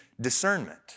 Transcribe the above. discernment